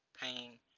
pain